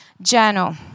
journal